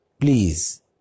please